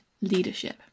leadership